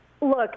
Look